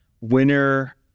winner